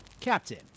Captain